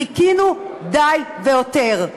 חיכינו די והותר.